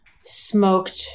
smoked